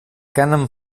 cànem